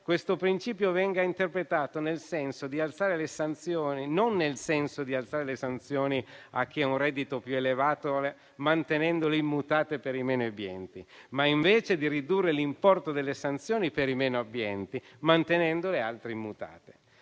questo principio venga interpretato non nel senso di alzare le sanzioni a chi ha un reddito più elevato, mantenendole immutate per i meno abbienti, ma invece di ridurre l'importo delle sanzioni per i meno abbienti, mantenendo le altre immutate.